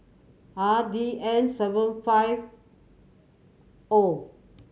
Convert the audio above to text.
R D N seven five O